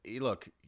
look